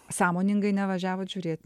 sąmoningai nevažiavot žiūrėt